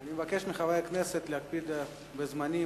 אני מבקש מחברי הכנסת להקפיד על הזמנים.